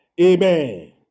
Amen